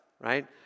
right